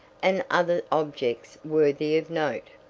and other objects worthy of note.